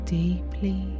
deeply